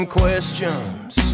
questions